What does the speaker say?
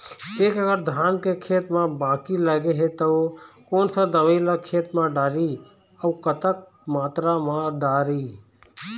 एक एकड़ धान के खेत मा बाकी लगे हे ता कोन सा दवई ला खेत मा डारी अऊ कतक मात्रा मा दारी?